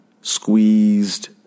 squeezed